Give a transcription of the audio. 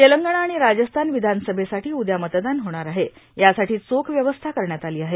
तेलंगणा आणि राजस्थान विधानसभेसाठी उद्या मतदान होणार आहे यासाठी चोख व्यवस्था करण्यात आली आहे